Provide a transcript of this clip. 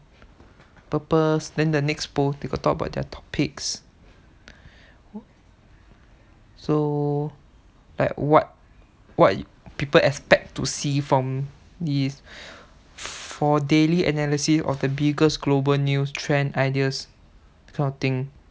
purpose then the next post they got talk about that topics so like what what people expect to see from this for daily analysis of the biggest global news trend ideas this kind of thing